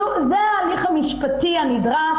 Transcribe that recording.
זה ההליך המשפטי הנדרש.